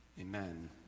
amen